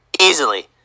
Easily